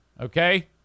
Okay